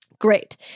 great